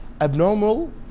Abnormal